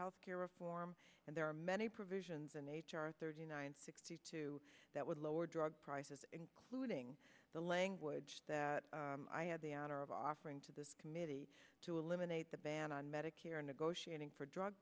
health care reform and there are many provisions in h r thirty nine sixty two that would lower drug prices including the language that i had the honor of offering to this committee to eliminate the ban on medicare negotiating for drug